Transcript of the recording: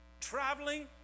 traveling